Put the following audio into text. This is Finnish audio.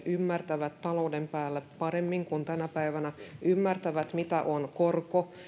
ymmärtävät talouden päälle paremmin kuin tänä päivänä ymmärtävät mitä on korko